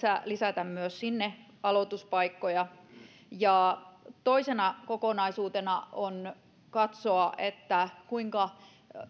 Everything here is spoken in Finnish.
lisätä myös sinne aloituspaikkoja toisena kokonaisuutena on katsoa kuinka